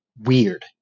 weird